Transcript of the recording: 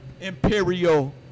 Imperial